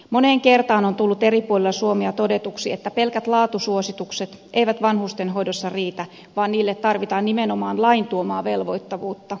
moneen kertaan on tullut eri puolilla suomea todetuksi että pelkät laatusuositukset eivät vanhustenhoidossa riitä vaan niille tarvitaan nimenomaan lain tuomaa velvoittavuutta